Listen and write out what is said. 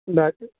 باقی